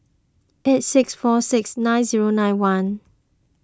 eight six four six nine zero nine one